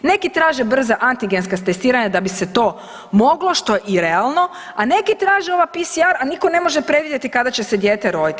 Neki traže brza antigenska testiranja da bi se to moglo što je i realno, a neki traže ova PCR, a nitko ne može predvidjeti kada će se dijete roditi.